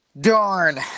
Darn